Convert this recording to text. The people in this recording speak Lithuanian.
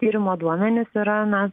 tyrimo duomenys yra na